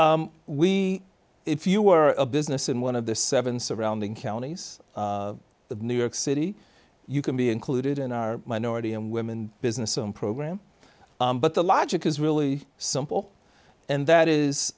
part we if you are a business and one of the seven surrounding counties the new york city you can be included in our minority and women business own program but the logic is really simple and that is